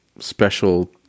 special